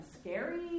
scary